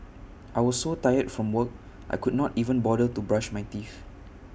I was so tired from work I could not even bother to brush my teeth